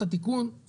את התיקון,